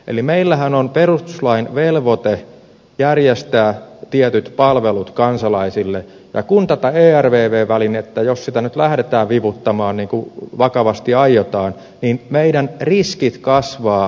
eli meillähän on perustuslain velvoite järjestää tietyt palvelut kansalaisille ja jos tätä ervv välinettä nyt lähdetään vivuttamaan niin kuin vakavasti aiotaan niin meidän riskimme kasvavat merkittävästi